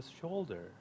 shoulder